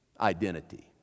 identity